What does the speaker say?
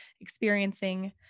experiencing